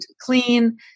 clean